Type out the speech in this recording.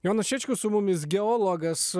jonas šečkus su mumis geologas